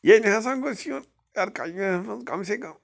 ییٚتہِ ہسا گوٚژھ یُن کر کشمیٖرس منٛز کم سے کم